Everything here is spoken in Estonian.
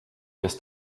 kes